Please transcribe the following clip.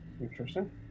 Interesting